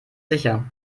sicher